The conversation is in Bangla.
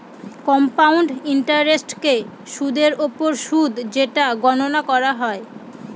কম্পাউন্ড ইন্টারেস্টকে সুদের ওপর সুদ যেটা গণনা করা হয়